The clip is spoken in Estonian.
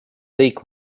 kõik